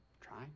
Try